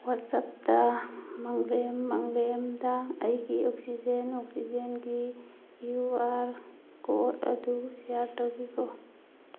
ꯋꯥꯆꯦꯞꯇ ꯃꯪꯂꯦꯝ ꯃꯪꯂꯦꯝꯗ ꯑꯩꯒꯤ ꯑꯣꯛꯁꯤꯖꯦꯟ ꯑꯣꯛꯁꯤꯖꯦꯟꯒꯤ ꯀ꯭ꯌꯨ ꯑꯥꯔ ꯀꯣꯠ ꯑꯗꯨ ꯁꯤꯌꯔ ꯇꯧꯕꯤꯈꯣ